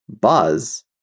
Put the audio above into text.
Buzz